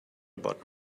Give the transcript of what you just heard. about